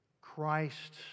Christ